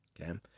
okay